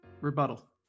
Rebuttal